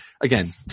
again